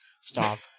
Stop